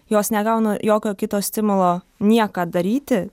jos negauna jokio kito stimulo nieką daryti